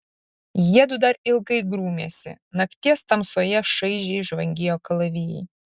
jiedu dar ilgai grūmėsi nakties tamsoje šaižiai žvangėjo kalavijai